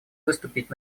выступить